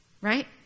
right